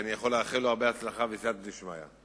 אני יכול לאחל לו הרבה הצלחה, בסייעתא דשמיא.